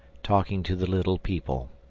talking to the little people.